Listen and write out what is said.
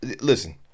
listen